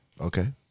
Okay